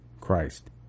Christ